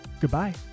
Goodbye